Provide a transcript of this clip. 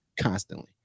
constantly